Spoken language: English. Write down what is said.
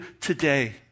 today